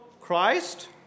Christ